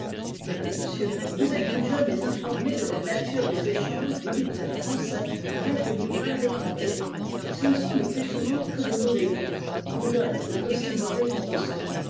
mais monsieur vous êtes-vous jamais informé de la nature des échanges du libraire français avec le libraire étranger ce ne sont le plus souvent que de mauvais livres qu'on donne pour d'aussi mauvais qu'on reçoit